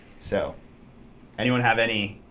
so anyone have any?